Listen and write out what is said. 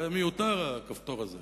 זה מיותר הכפתור הזה,